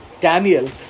Daniel